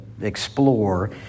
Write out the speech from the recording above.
explore